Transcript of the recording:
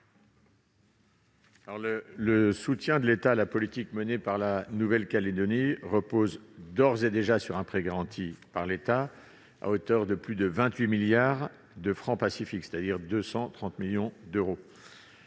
Le soutien de l'État à la politique menée par la Nouvelle-Calédonie repose d'ores et déjà sur un prêt garanti par l'État, à hauteur de plus de 28 milliards de francs Pacifique, c'est-à-dire 230 millions d'euros.